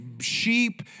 sheep